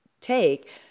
take